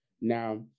Now